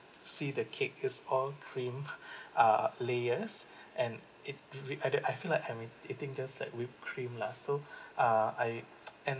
see the cake it's all cream uh layers and it rea~ rea~ at the I feel like I'm eating just like whipped cream lah so uh I and